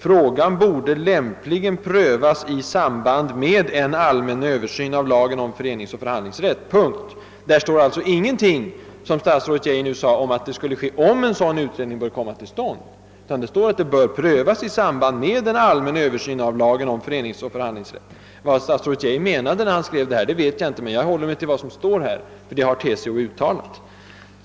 Frågan borde lämpligen prövas i samband med en allmän översyn av lagen om föreningsoch förhandlingsrätt.» Det står alltså ingenting om vad som borde göras, om en sådan utredning skulle komma till stånd, som statsrådet Geijer nu sade, utan det står att frågan borde prövas i samband med en allmän översyn av lagen om föreningsoch förhandlingsrätt. Vad statsrådet menade när han skrev detta vet jag inte, jag håller mig till vad som TCO här har uttalat.